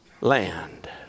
land